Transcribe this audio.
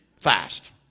Fast